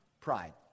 pride